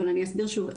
אבל אני אסביר שוב,